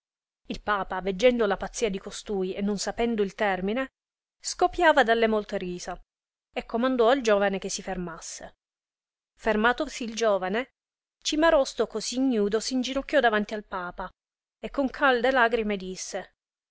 il papa veggendo la pazzia di costui e non sapendo il termine scopiava dalle molte risa e comandò al giovane che si fermasse fermatosi il giovane cimarosto così ignudo s inginocchiò dinanzi al papa e con calde lagrime disse